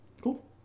cool